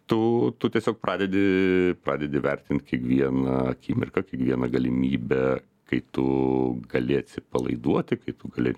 tu tu tiesiog pradedi pradedi vertint kiekvieną akimirką kiekvieną galimybę kai tu gali atsipalaiduoti kai tu gali